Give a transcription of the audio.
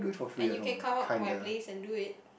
and you can come up to my place and do it